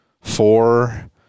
four